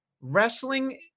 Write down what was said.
wrestling